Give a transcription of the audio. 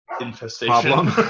infestation